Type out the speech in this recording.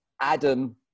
Adam